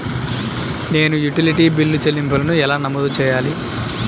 నేను utility bill చెల్లింపులను ఎలా నమోదు చేయాలి?